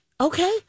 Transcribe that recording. Okay